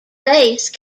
race